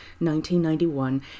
1991